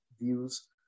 views